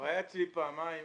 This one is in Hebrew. כבר היה אצלי פעמיים,